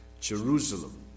Jerusalem